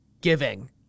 giving